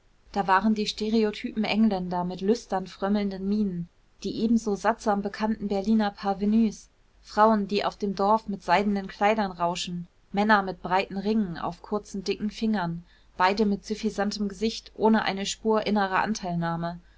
da waren die stereotypen engländer mit lüstern frömmelnden mienen die ebenso sattsam bekannten berliner parvenüs frauen die auf dem dorf mit seidenen kleidern rauschen männer mit breiten ringen auf kurzen dicken fingern beide mit süffisantem gesicht ohne eine spur innerer anteilnahme